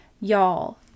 Y'all